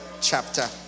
chapter